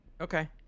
okay